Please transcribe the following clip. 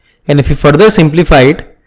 and if we further simplify it,